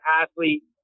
athlete